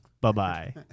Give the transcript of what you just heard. Bye-bye